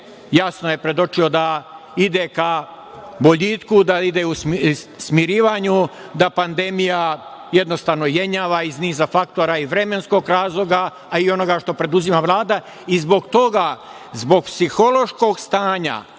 jasno je predočio da ide ka boljitku, da ide ka smirivanju, da pandemija jednostavno jenjava iz niza faktora i vremenskog razloga, a i onoga što preduzima Vlada. Zbog toga, zbog psihološkog stanja